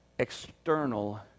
External